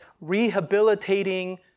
rehabilitating